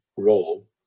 role